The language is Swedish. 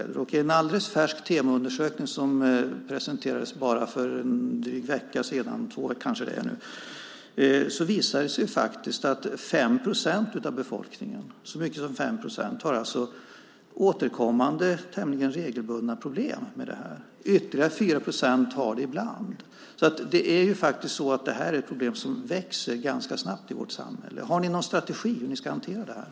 En alldeles färsk Temoundersökning som presenterades för kanske två veckor sedan visar att så mycket som 5 procent av befolkningen har tämligen regelbundet återkommande problem med elöverkänslighet. Ytterligare 4 procent har ibland problem. Det här problemet växer ganska snabbt i vårt samhälle. Har ni någon strategi för hur detta ska hanteras?